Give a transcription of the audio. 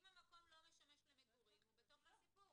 אם המקום לא משמש למגורים זה בדיוק הסיפור.